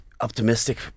optimistic